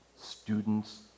students